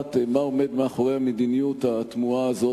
ולדעת מה עומד מאחורי המדיניות התמוהה הזאת,